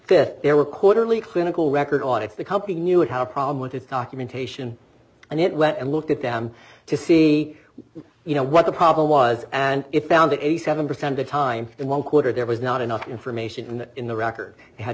th there were quarterly clinical record on if the company knew it had a problem with its documentation and it went and looked at them to see you know what the problem was and it found that eighty seven percent of time and one quarter there was not enough information in the record had